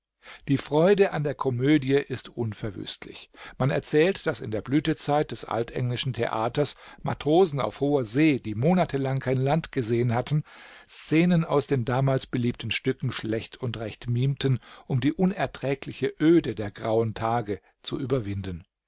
die freude an der komödie ist unverwüstlich man erzählt daß in der blütezeit des altenglischen theaters matrosen auf hoher see die monatelang kein land gesehen hatten szenen aus den damals beliebten stücken schlecht und recht mimten um die unerträgliche öde der grauen tage zu überwinden